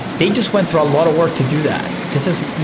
they just went through a lot of work to do that. this is,